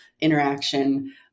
interaction